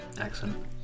Excellent